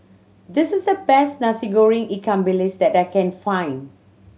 this is the best Nasi Goreng ikan bilis that I can find